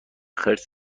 خرس